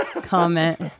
comment